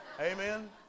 Amen